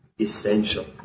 essential